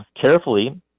carefully